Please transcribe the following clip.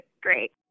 Great